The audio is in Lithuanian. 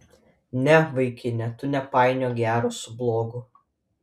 ne vaikine tu nepainiok gero su blogu